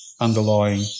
underlying